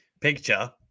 picture